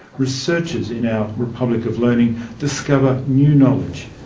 researchers in our republic of learning discover new knowledge,